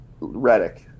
Redick